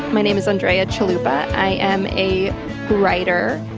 my name is andrea chalupa. i am a writer,